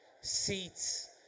seats